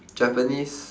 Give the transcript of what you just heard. japanese